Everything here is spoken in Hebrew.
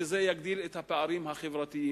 וזה יגדיל את הפערים החברתיים.